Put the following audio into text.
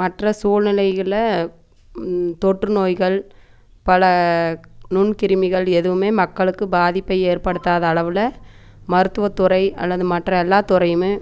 மற்ற சூழ்நிலைகளில் தொற்றுநோய்கள் பல நுண்கிருமிகள் எதுவும் மக்களுக்கு பாதிப்பை ஏற்படுத்தாத அளவில் மருத்துவத்துறை அல்லது மற்ற எல்லா துறையுமே